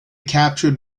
captured